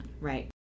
Right